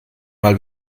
mal